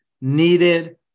needed